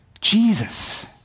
Jesus